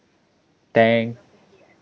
thank